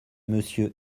monsieur